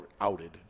outed